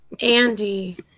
Andy